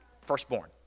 firstborn